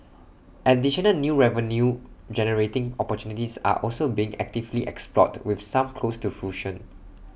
additional new revenue generating opportunities are also being actively explored with some close to fruition